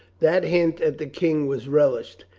that hint at the king was relished.